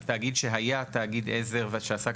ושתיים זה תאגיד שהיה תאגיד עזר ושעסק